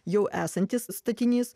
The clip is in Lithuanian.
jau esantis statinys